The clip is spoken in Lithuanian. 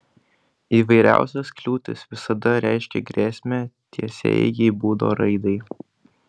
įvairiausios kliūtys visada reiškia grėsmę tiesiaeigei būdo raidai